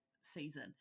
season